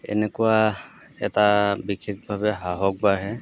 এনেকুৱা এটা বিশেষভাৱে সাহস বাঢ়ে